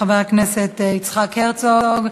חבר הכנסת יצחק הרצוג.